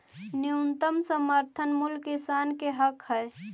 न्यूनतम समर्थन मूल्य किसान के हक हइ